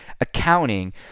accounting